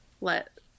let